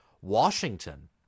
Washington